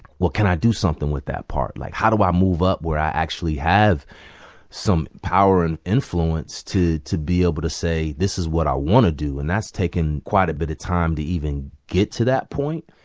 well, can i do something with that part? like, how do i move up where i actually have some power and influence to to be able to say, this is what i want to do? and that's taken quite a bit of time to even get to that point.